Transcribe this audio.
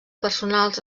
personals